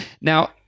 Now